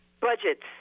budgets